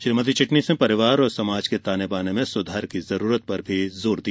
श्रीमती चिटनीस ने परिवार और समाज के ताने बाने में सुधार की जरूरत पर भी जोर दिया